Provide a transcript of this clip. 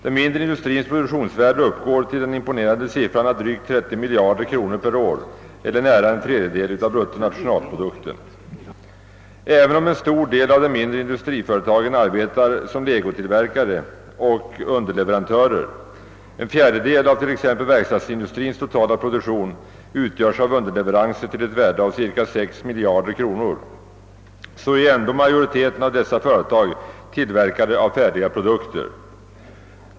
Den mindre industrins produktionsvärde uppgår till den imponerande siffran av drygt 30 miljarder kronor per år, eller nära en tredjedel av bruttonationalprodukten. Även om en stor del av de mindre industriföretagen arbetar som legotillverkare och underleverantörer — en fjärdedel av t.ex. verkstadsindustrins totala produktion utgörs av underleveranser till ett värde av cirka sex miljarder kronor — är ändå majoriteten av dessa företag tillverkare av färdiga produkter.